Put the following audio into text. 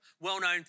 well-known